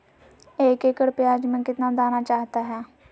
एक एकड़ प्याज में कितना दाना चाहता है?